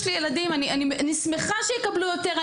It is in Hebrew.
יש לי ילדים יקבלו יותר,